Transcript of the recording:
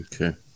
Okay